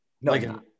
No